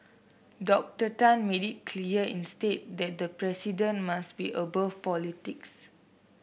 Doctor Tan made it clear instead that the president must be above politics